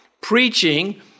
preaching